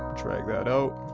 bdrag that out.